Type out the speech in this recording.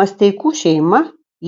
masteikų šeima